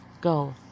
Go